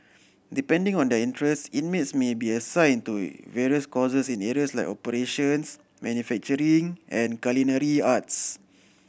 depending on their interests inmates may be assigned to various courses in areas like operations manufacturing and culinary arts